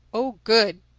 oh good!